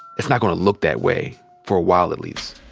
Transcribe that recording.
it's not gonna look that way for a while at least.